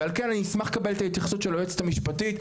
על כן אשמח לקבל את ההתייחסות של היועצת המשפטית,